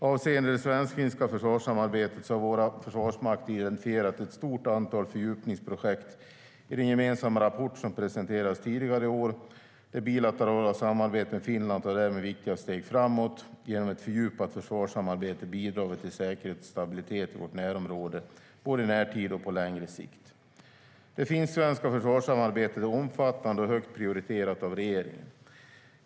Avseende det svensk-finska försvarssamarbetet har våra försvarsmakter identifierat ett stort antal fördjupningsprojekt i den gemensamma rapport som presenterades tidigare i år. Det bilaterala samarbetet med Finland tar därmed viktiga steg framåt. Genom ett fördjupat försvarssamarbete bidrar vi till säkerhet och stabilitet i vårt närområde både i närtid och på längre sikt. Det finsk-svenska försvarssamarbetet är omfattande och högt prioriterat av regeringen.